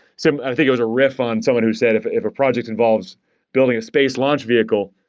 so i think it was a riff on someone who said if if a project involves building a space launch vehicle,